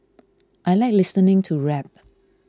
I like listening to rap